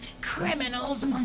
criminals